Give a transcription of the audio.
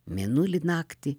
mėnulį naktį